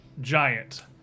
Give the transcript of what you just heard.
giant